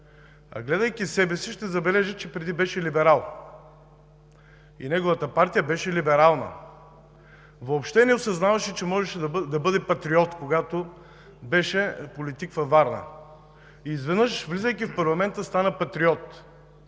А гледайки себе си, ще забележи, че преди беше либерал и неговата партия беше либерална. Въобще не осъзнаваше, че можеше да бъде патриот, когато беше политик във Варна. Изведнъж, влизайки в парламента, стана патриот.